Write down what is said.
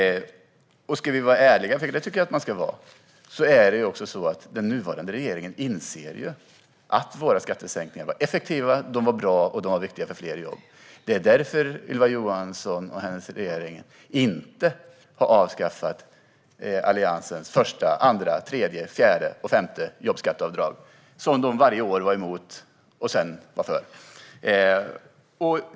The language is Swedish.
Ska vi vara ärliga - och ärlig tycker jag att man ska vara - är det ju också så att den nuvarande regeringen inser att våra skattesänkningar var effektiva, bra och viktiga för fler jobb. Det är därför Ylva Johansson och hennes regering inte har avskaffat Alliansens första, andra, tredje, fjärde eller femte jobbskatteavdrag, som de varje år var emot och sedan för.